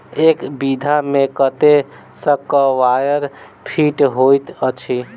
एक बीघा मे कत्ते स्क्वायर फीट होइत अछि?